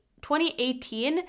2018